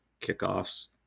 Kickoffs